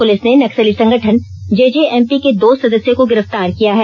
police ने नक्सली संगठन जेजेएमपी के दो सदस्यों को गिरफ्तार किया है